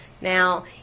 Now